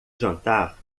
jantar